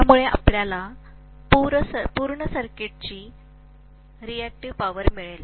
त्यामुळे आपल्याला पूर सर्किट ची रेअक्टिव्ह पॉवर मिळेल